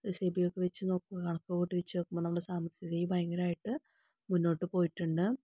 സെബിയൊക്കെ വച്ച് നോക്കുമ്പോൾ നമ്മുടെ സാമ്പത്തികസ്ഥിതി ഭയങ്കരമായിട്ട് മുന്നോട്ടു പോയിട്ടുണ്ട്